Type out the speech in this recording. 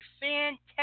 fantastic